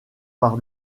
par